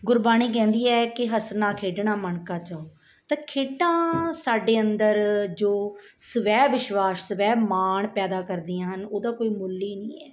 ਗੁਰਬਾਣੀ ਕਹਿੰਦੀ ਹੈ ਕਿ ਹੱਸਣਾ ਖੇਡਣਾ ਮਨ ਕਾ ਚਾਉ ਤਾਂ ਖੇਡਾਂ ਸਾਡੇ ਅੰਦਰ ਜੋ ਸਵੈ ਵਿਸ਼ਵਾਸ ਸਵੈ ਮਾਣ ਪੈਦਾ ਕਰਦੀਆਂ ਹਨ ਉਹਦਾ ਕੋਈ ਮੁੱਲ ਹੀ ਨਹੀਂ ਹੈ